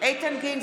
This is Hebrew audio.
איתן גינזבורג,